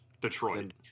Detroit